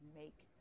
make